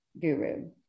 guru